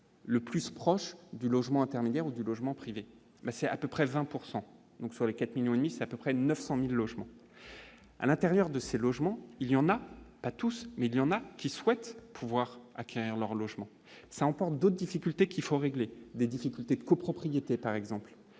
le plus proche de logements intermédiaires ou du logement privé, mais c'est à peu près 20 pourcent donc donc sur les 4 millions et demi ça peu près de 900000 logements à l'intérieur de ces logements, il y en a pas tous, mais il y en a qui souhaitent pouvoir acquérir leur logement, c'est encore d'autres difficultés, qu'il faut régler des difficultés copropriété par exemple